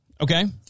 Okay